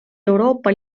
euroopa